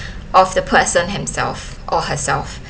of the person himself or herself